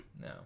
No